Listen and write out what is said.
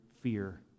fear